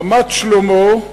רמת-שלמה,